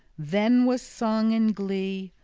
then was song and glee.